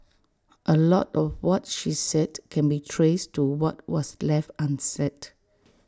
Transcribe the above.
A lot of what she said can be traced to what was left unsaid